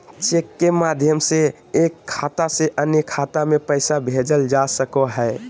cheque के माध्यम से एक खाता से अन्य खाता में पैसा भेजल जा सको हय